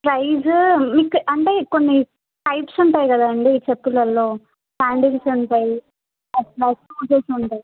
price మీకు అంటే కొన్ని టైప్స్ ఉంటాయి కదండీ చెప్పుల్లో శ్యాండిల్స్ ఉంటాయి అలాగే స్లిపర్స్ ఉంటాయ